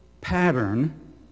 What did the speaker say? pattern